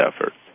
efforts